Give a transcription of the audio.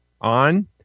on